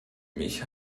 ich